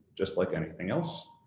just like anything else,